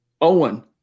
Owen